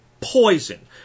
poison